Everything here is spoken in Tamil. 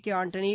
கே ஆண்டனி